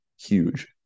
huge